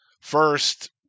First